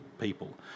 people